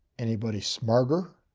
anybody smarter?